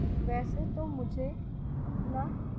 ویسے تو مجھے اپنا